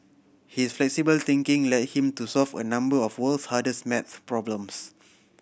his flexible thinking led him to solve a number of world's hardest math problems